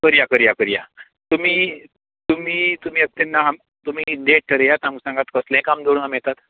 करया करया करया तुमी तुमी तुमी येता तेन्ना तुमी डेट थरयात आमकां सांगात कसलें काम दवरून आमी येतात